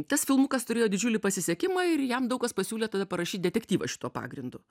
tas filmukas turėjo didžiulį pasisekimą ir jam daug kas pasiūlė tada parašyt detektyvą šituo pagrindu